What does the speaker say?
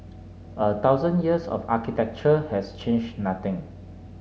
a thousand years of architecture has changed nothing